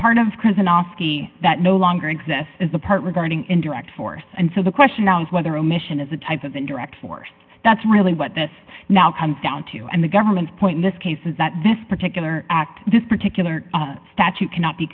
prison off that no longer exists is the part regarding indirect force and so the question now is whether omission is a type of indirect force that's really what this now comes down to and the government's point in this case is that this particular act this particular statute cannot be